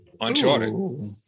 Uncharted